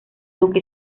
duque